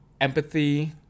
Empathy